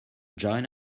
join